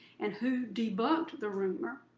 and who debunked the rumor?